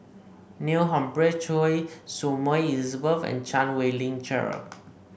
Neil Humphreys Choy Su Moi Elizabeth and Chan Wei Ling Cheryl